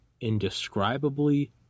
indescribably